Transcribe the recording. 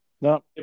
No